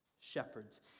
shepherds